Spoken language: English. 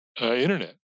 internet